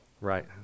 Right